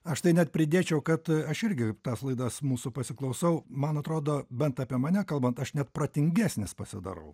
aš tai net pridėčiau kad aš irgi tas laidas mūsų pasiklausau man atrodo bent apie mane kalbant aš net protingesnis pasidarau